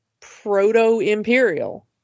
proto-imperial